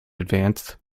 advanced